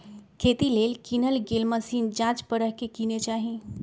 खेती लेल किनल गेल मशीन जाच परख के किने चाहि